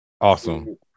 Awesome